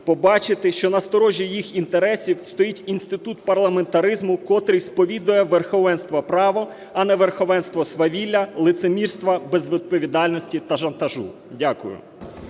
побачити, що на сторожі їх інтересів стоїть інститут парламентаризму, котрий сповідує верховенство права, а не верховенство свавілля, лицемірства, безвідповідальності та шантажу. Дякую.